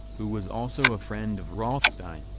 who was also a friend of rothstein,